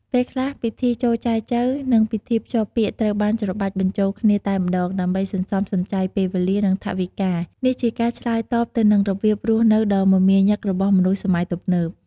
ពេលខ្លះពិធីចូលចែចូវ និងពិធីភ្ជាប់ពាក្យត្រូវបាន ច្របាច់បញ្ចូលគ្នា តែម្ដង ដើម្បីសន្សំសំចៃពេលវេលា និងថវិកា នេះជាការឆ្លើយតបទៅនឹងរបៀបរស់នៅដ៏មមាញឹករបស់មនុស្សសម័យទំនើប។